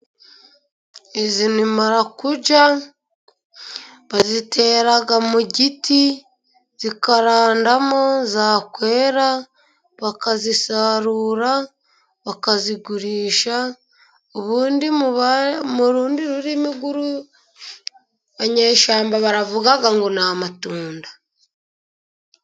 Izi ni marakuja, bazitera mu giti, zikarandamo, zakwera bakazisarura, bakazigurisha, ubundi mu rundi rurimi rw'urunyeshyamba baravuga ngo ni amatunda.